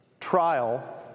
trial